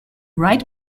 right